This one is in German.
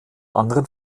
anderen